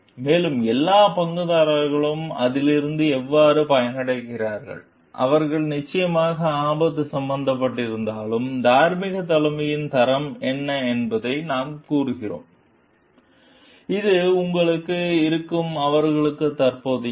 மேலும் எல்லா பங்குதாரர்களும் அதிலிருந்து எவ்வாறு பயனடைகிறார்கள் அவர்கள் நிச்சயமாக ஆபத்து சம்பந்தப்பட்டிருந்தாலும் தார்மீக தலைமையின் தரம் என்ன என்பதை நாம் கூறுவோம் இது உங்களுக்குள் இருக்கும் அவர்களின் தற்போதையது